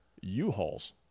U-Hauls